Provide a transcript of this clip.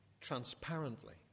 transparently